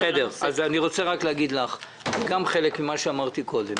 אני רוצה להגיד לך גם חלק ממה שאמרתי קודם.